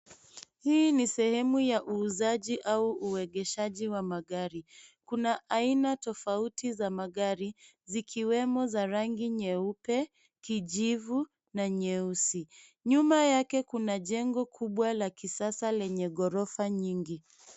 Hii ni sehemu ya uuzaji au uegeshaji wa magari. Kuna aina tofauti za magari zikiwemo za rangi nyeupe, kijivu na nyeusi. Nyuma yake kuna jengo kubwa la kisasa lenye ghorofa nyingi.